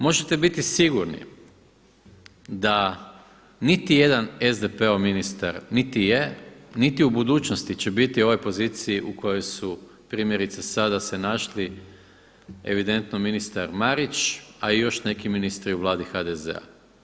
Možete biti sigurni da niti jedan SDP-ov ministar niti je niti u budućnosti će biti u ovoj poziciji u kojoj su primjerice sada se našli evidentno ministar Marić, a i još neki ministri u Vladi HDZ-a.